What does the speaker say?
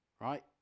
right